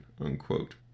unquote